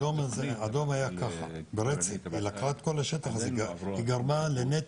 הוא מראה שלא